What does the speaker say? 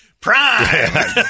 Prime